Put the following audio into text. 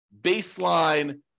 baseline